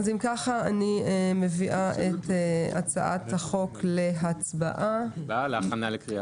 אם ככה אני מביאה את הצעת החוק להצבעה להכנה לקריאה